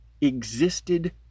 existed